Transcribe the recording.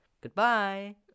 Goodbye